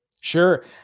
Sure